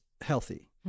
healthy